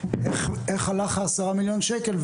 איך הלך ה-10 מיליון שקל,